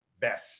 Best